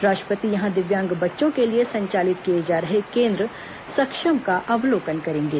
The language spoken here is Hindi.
राष्ट्रपति यहां दिव्यांग बच्चों के लिए संचालित किये जा रहे केन्द्र सक्षम का अवलोकन करेंगे